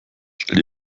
stell